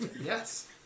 Yes